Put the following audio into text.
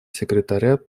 секретаря